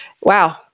Wow